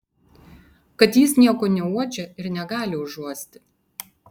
kad jis nieko neuodžia ir negali užuosti